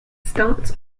starts